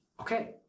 Okay